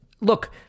look